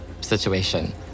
situation